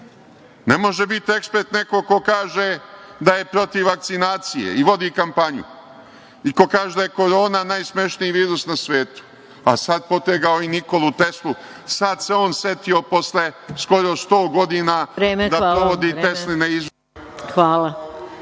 Ne može biti ekspert neko ko kaže da je protiv vakcinacije i vodi kampanju i koji kaže da je korona najsmešniji virus na svetu, a sad potegao i Nikolu Teslu, sad se on setio posle skoro 100 godina da sprovodi Tesline izume. **Maja